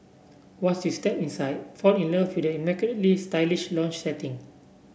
once you step inside fall in love with the immaculately stylish lounge setting